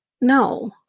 No